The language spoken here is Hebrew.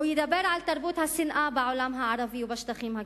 הוא ידבר על תרבות השנאה בעולם הערבי ובשטחים הכבושים,